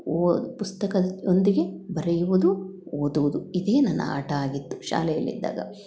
ಓ ಪುಸ್ತಕದೊಂದಿಗೆ ಬರೆಯುವುದು ಓದುವುದು ಇದೆ ನನ್ನ ಆಟ ಆಗಿತ್ತು ಶಾಲೆಯಲ್ಲಿದ್ದಾಗ